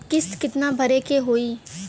किस्त कितना भरे के होइ?